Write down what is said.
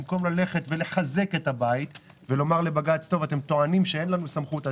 במקום לחזק את הבית ולומר לבג"ץ: אתם טוענים שאין לנו סמכות,